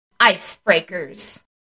Icebreakers